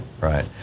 right